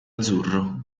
azzurro